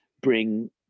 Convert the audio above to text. bring